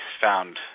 found